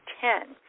ten